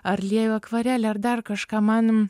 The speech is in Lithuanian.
ar lieju akvarele ar dar kažką man